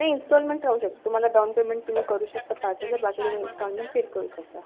ते इंस्टॉलमेंट राहू शकतं तुम्हाला डाऊन पेमेंट तुम्ही करू शकता पाच हजार बाकी तुम्ही इंस्टॉलमेंट पेड करू शकता